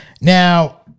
Now